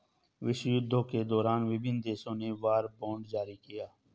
विश्वयुद्धों के दौरान विभिन्न देशों ने वॉर बॉन्ड जारी किया